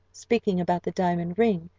speaking about the diamond ring,